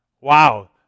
Wow